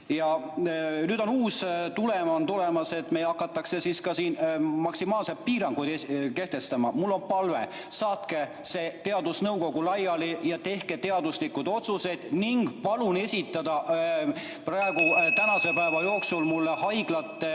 Nüüd on uus tulem tulemas, meile hakatakse ka siin maksimaalseid piiranguid kehtestama. Mul on palve, saatke see teadusnõukogu laiali ja tehke teaduslikud otsused ning palun esitada tänase päeva jooksul mulle haiglate